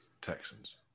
Texans